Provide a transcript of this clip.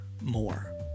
more